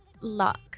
luck